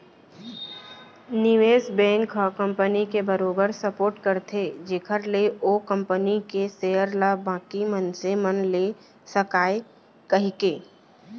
निवेस बेंक ह कंपनी के बरोबर सपोट करथे जेखर ले ओ कंपनी के सेयर ल बाकी मनसे मन ले सकय कहिके